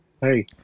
Hey